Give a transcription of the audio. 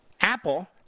Apple